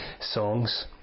songs